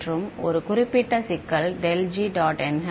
மற்றும் ஒரு குறிப்பிட்ட சிக்கல் ∇g